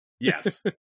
Yes